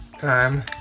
time